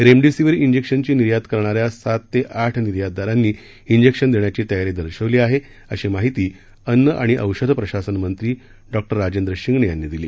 remdesivir इंजेक्शनची निर्यात करणाऱ्या सात ते आठ निर्यात दारांनी इंजेक्शन देण्याची तयारी दर्शवली आहे अशी माहिती अन्न आणि औषध प्रशासन मंत्री डॉक्टर राजेंद्र शिंगणे यांनी दिली